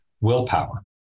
willpower